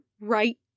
right